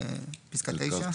בפסקה (2).